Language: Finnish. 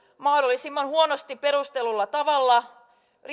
mahdollisimman huonosti perustellulla tavalla